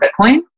Bitcoin